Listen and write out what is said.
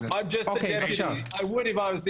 מהתרבות האוסטרלית.